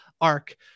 arc